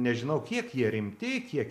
nežinau kiek jie rimti kiek